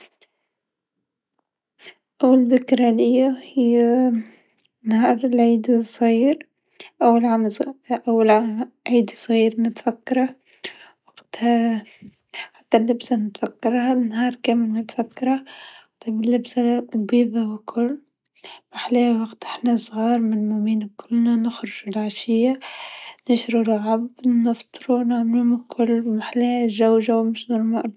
أول ذكرى ليا هي نهار العيد الصغير، أول ع-عيد صغير نتفكره وقتها حتى لبسا نتفكرها نهار كامل نتفكره لبسا بيضا و كل ماحلاها وقت حنا الصغارمين يومين كنا نخرجو العشيه نشرو لعب نفطرو مالكل ماحلاها جو، حو مش نورمال.